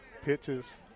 Pitches